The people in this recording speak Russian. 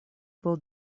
был